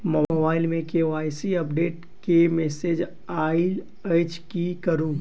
Mobile मे KYC update केँ message आइल अछि की करू?